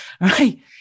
Right